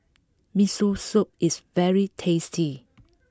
Miso Soup is very tasty